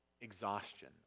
exhaustion